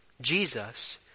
Jesus